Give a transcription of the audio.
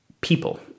people